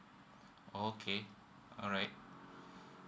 oh okay alright